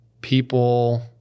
people